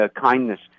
kindness